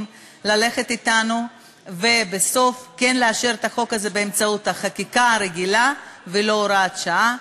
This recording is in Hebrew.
ללכת אתנו ובסוף כן לאשר את החוק הזה כחקיקה הרגילה ולא כהוראת שעה.